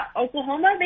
Oklahoma